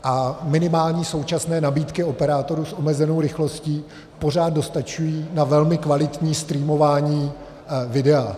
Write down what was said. A minimální současné nabídky operátorů s omezenou rychlostí pořád dostačují na velmi kvalitní streamování videa.